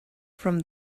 from